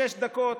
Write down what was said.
שש דקות,